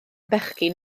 bechgyn